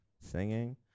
singing